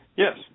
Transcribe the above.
Yes